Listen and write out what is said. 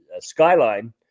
Skyline